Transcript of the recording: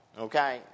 Okay